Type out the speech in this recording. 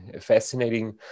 fascinating